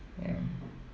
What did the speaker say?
ya